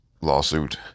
lawsuit